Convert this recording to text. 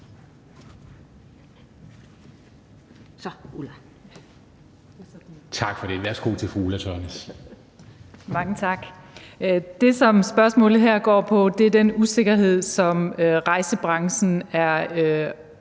fru Ulla Tørnæs. Kl. 13:30 Ulla Tørnæs (V): Mange tak. Det, som spørgsmålet her går på, er den usikkerhed, som rejsebranchen er